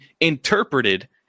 interpreted